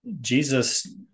Jesus